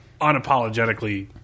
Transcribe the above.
unapologetically